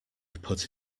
put